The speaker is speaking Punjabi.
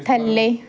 ਥੱਲੇ